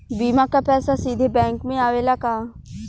बीमा क पैसा सीधे बैंक में आवेला का?